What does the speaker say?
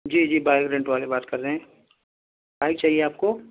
جی جی bike rent والے بات کر رہے ہیں بائک چاہیے آپ کو